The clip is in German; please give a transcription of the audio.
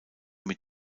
mit